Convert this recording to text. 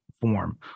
form